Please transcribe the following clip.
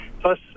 Plus